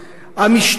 המשטרה,